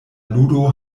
ludo